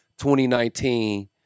2019